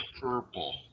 purple